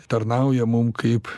tarnauja mum kaip